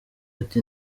ati